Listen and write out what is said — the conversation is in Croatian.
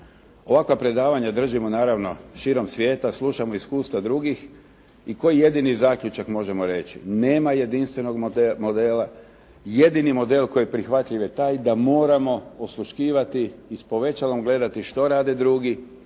Ovakva predavanja držimo naravno širom svijeta, slušamo iskustva drugih i koji jedini zaključak možemo reći, nema jedinstvenog modela, jedini model koji je prihvatljiv je taj da moramo osluškivati i s povećalom gledati što rade drugi,